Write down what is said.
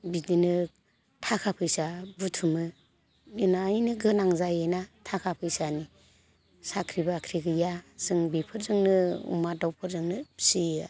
बिदिनो थाखा फैसा बुथुमो इनायनो गोनां जायोना थाखा फैसानि साख्रि बाख्रि गैया जों बेफोरजोंनो अमा दाउफोरजोंनो फियो आरो